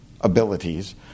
abilities